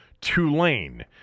Tulane